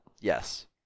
Yes